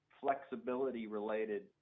flexibility-related